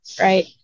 right